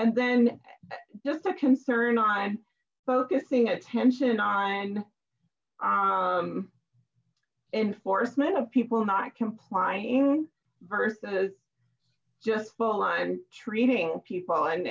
and then just a concern on focusing attention on enforcement of people not complying versus just full on treating people and